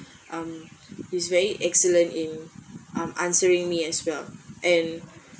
um is very excellent in um answering me as well and